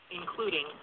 including